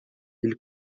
ele